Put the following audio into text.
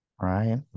Right